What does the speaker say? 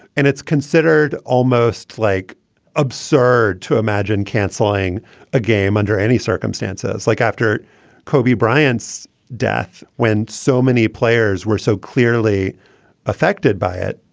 and it's considered almost like absurd to imagine canceling a game under any circumstances like after kobe bryant's death, when so many players were so clearly affected by it.